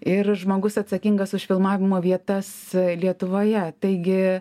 ir žmogus atsakingas už filmavimo vietas lietuvoje taigi